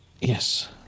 Yes